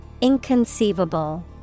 INCONCEIVABLE